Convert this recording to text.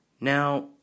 Now